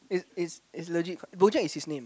it's it's it's legit BoJack is his name